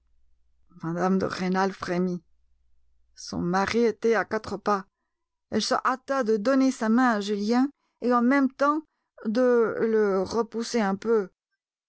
mme de rênal frémit son mari était à quatre pas elle se hâta de donner sa main à julien et en même temps de le repousser un peu